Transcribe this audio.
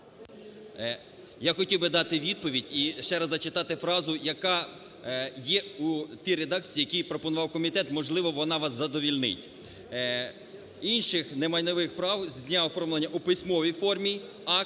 Я хотів би дати відповідь і ще раз зачитати фразу, яка є у тій редакції, яку пропонував комітет, можливо, вона вас задовольнить. "Інших немайнових прав з дня оформлення у письмовій формі акта